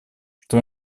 что